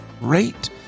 rate